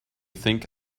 think